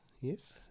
yes